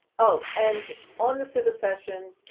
oh, and on the simba session,